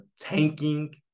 tanking